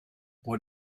what